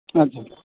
ᱟᱪᱪᱷᱟ